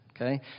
okay